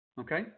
Okay